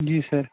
جی سَر